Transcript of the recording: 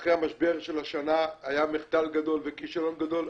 ואחרי המשבר של השנה היה מחדל גדול וכישלון גדול.